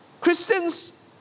Christians